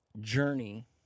journey